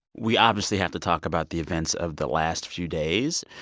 we obviously have to talk about the events of the last few days.